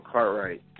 Cartwright